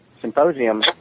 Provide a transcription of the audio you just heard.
Symposium